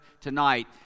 tonight